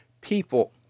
people